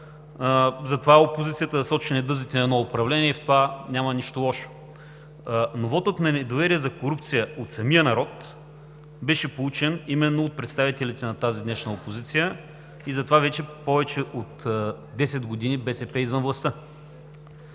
затова е опозицията – да сочи недъзите на едно управление, и в това няма нищо лошо. Но вотът на недоверие за корупция от самия народ беше получен именно от представителите на тази днешна опозиция и затова вече повече от десет години БСП е извън властта.